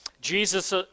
Jesus